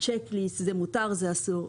check list זה מותר וזה אסור.